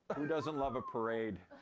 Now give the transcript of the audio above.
who doesn't love parade?